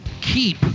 keep